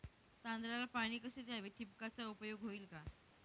तांदळाला पाणी कसे द्यावे? ठिबकचा उपयोग होईल का?